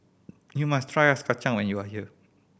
you must try ice kacang when you are here